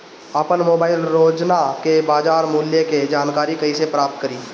आपन मोबाइल रोजना के बाजार मुल्य के जानकारी कइसे प्राप्त करी?